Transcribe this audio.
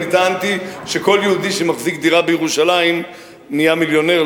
אני טענתי שכל יהודי שמחזיק דירה בירושלים נהיה מיליונר.